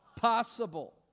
possible